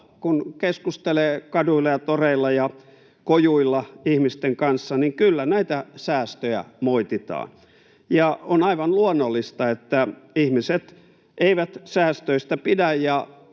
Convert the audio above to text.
Kun keskustelee kaduilla ja toreilla ja kojuilla ihmisten kanssa, niin kyllä näitä säästöjä moititaan. On aivan luonnollista, että ihmiset eivät säästöistä pidä